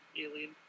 alien